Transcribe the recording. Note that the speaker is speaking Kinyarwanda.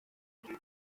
abantu